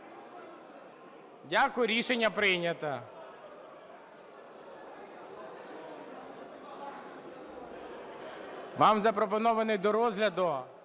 Дякую. Рішення прийнято. Вам запропонований до розгляду